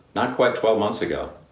not quite twelve months ago,